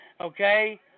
okay